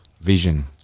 vision